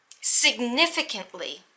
significantly